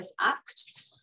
act